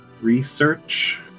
Research